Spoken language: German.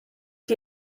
die